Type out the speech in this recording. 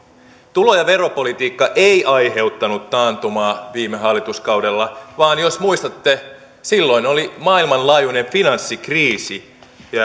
tulo ja veropolitiikka ei aiheuttanut taantumaa viime hallituskaudella vaan jos muistatte silloin oli maailmanlaajuinen finanssikriisi